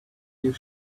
you